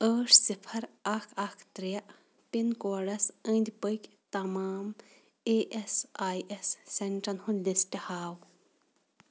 ٲٹھ صِفر اکھ اکھ اکھ ترٛےٚ پِن کوڈس انٛدۍ پٔکۍ تمام اے ایٚس آیۍ ایٚس سینٹرن ہُنٛد لسٹ ہاو